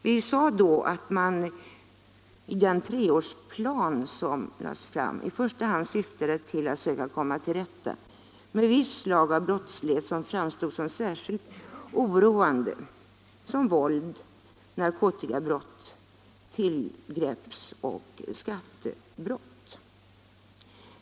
Vi sade då att den treårsplan som lades fram i första hand syftade till att söka komma till rätta med visst slag av brottslighet som framstod som särskilt oroande: våldsbrott, narkotikabrott, tillgrepps och skattebrott.